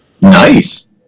nice